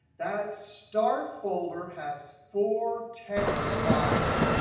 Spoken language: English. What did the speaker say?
that start folder has four text files.